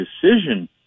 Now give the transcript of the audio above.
decision